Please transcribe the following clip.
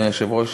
אדוני היושב-ראש,